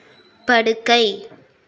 படுக்கை